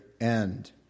end